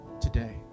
today